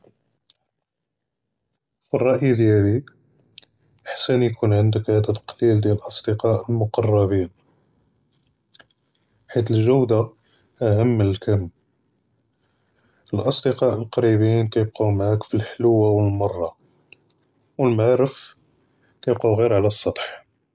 פִּי אֶלְרַאא דִיַאלִי אַחְסַן יְקוּן עַנְדַכּ עֲדַד קְלִיל דִיַאל אֶלְאָסְדִקָּאא אֶלְמֻקַּרְבִּין חֵית אֶלְגְ'וּדָה أَهْم מִן אֶלְקַמּ, אֶלְאָסְדִקָּאא אֶלְמֻקַּרְבִּין כַּיַבְקָאוּ מַעַاك פִּי אֶלְחֻלוּ וְאֶלְמַרָّة וְאֶלְמַעָרִיף כַּיַבְקָאוּ ג'יר עַלַא אֶלְסַטְח.